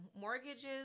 mortgages